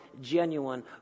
genuine